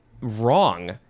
wrong